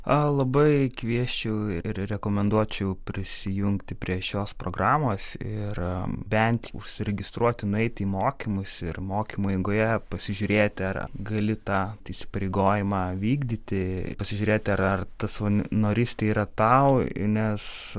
labai kviesčiau ir rekomenduočiau prisijungti prie šios programos ir bent užsiregistruoti nueiti į mokymus ir mokymų eigoje pasižiūrėti ar gali tą įsipareigojimą vykdyti pasižiūrėti ir ar ta norystė yra tau nes